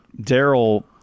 Daryl